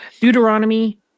Deuteronomy